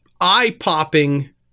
eye-popping